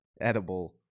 edible